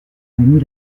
rémy